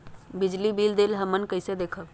बिजली बिल देल हमन कईसे देखब?